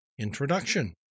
Introduction